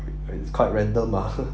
it's quite random lah